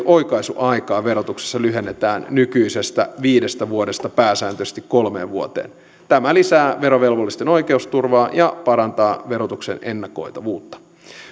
oikaisuaikaa verotuksessa lyhennetään nykyisestä viidestä vuodesta pääsääntöisesti kolmeen vuoteen tämä lisää verovelvollisten oikeusturvaa ja parantaa verotuksen ennakoitavuutta